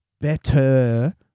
better